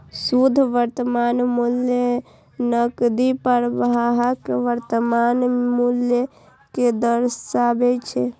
शुद्ध वर्तमान मूल्य नकदी प्रवाहक वर्तमान मूल्य कें दर्शाबै छै